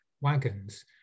wagons